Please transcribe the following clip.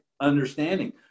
understanding